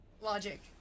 logic